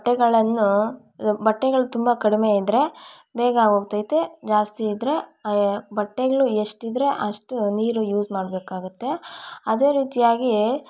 ಬಟ್ಟೆಗಳನ್ನು ಬಟ್ಟೆಗಳು ತುಂಬ ಕಡಿಮೆಯಿದ್ರೆ ಬೇಗಾ ಹೋಗ್ತೈತೆ ಜಾಸ್ತಿ ಇದ್ದರೆ ಬಟ್ಟೆಗಳು ಎಷ್ಟಿದ್ದರೆ ಅಷ್ಟು ನೀರು ಯೂಸ್ ಮಾಡಬೇಕಾಗುತ್ತೆ ಅದೇ ರೀತಿಯಾಗಿ